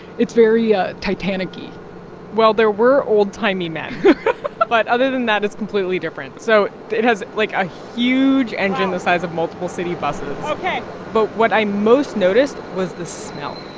it's very ah titanic-y well, there were old-timey men but other than that, it's completely different. so it has, like, a huge engine the size of multiple city buses wow. ok but what i most noticed was the smell